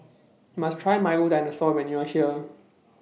YOU must Try Milo Dinosaur when YOU Are here